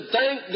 Thank